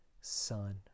Son